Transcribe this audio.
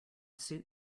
suit